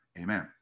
amen